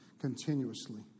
continuously